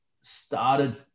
started